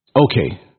Okay